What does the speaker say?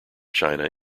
china